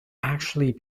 actually